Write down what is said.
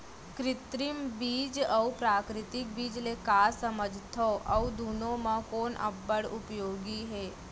कृत्रिम बीज अऊ प्राकृतिक बीज ले का समझथो अऊ दुनो म कोन अब्बड़ उपयोगी हे?